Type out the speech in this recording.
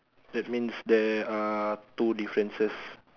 that means there are two differences